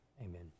Amen